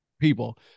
people